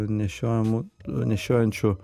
nešiojamų nešiojančių